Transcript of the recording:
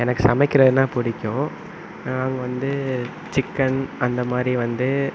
எனக்கு சமைக்கிறதுனால் பிடிக்கும் நான் வந்து சிக்கன் அந்தமாதிரி வந்து